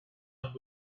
and